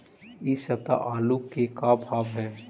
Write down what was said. इ सप्ताह आलू के का भाव है?